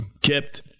kept